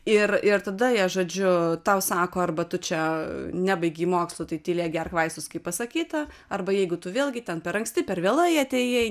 ir ir tada jie žodžiu tau sako arba tu čia nebaigei mokslų tai tylėk gerk vaistus kaip pasakyta arba jeigu tu vėlgi ten per anksti per vėlai atėjai